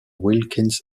wilkins